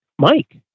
Mike